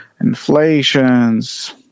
inflations